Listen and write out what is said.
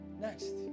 Next